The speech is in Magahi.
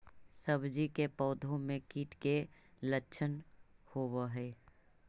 सब्जी के पौधो मे कीट के लच्छन होबहय?